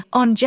on